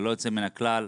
ללא יוצא מן הכלל.